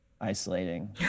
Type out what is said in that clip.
isolating